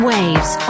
Waves